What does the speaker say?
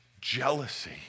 jealousy